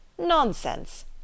Nonsense